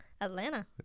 atlanta